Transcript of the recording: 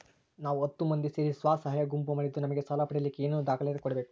ನಾವು ಹತ್ತು ಮಂದಿ ಸೇರಿ ಸ್ವಸಹಾಯ ಗುಂಪು ಮಾಡಿದ್ದೂ ನಮಗೆ ಸಾಲ ಪಡೇಲಿಕ್ಕ ಏನೇನು ದಾಖಲಾತಿ ಕೊಡ್ಬೇಕು?